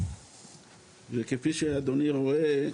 וכפי שאדוני רואה,